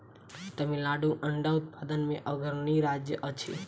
तमिलनाडु अंडा उत्पादन मे अग्रणी राज्य अछि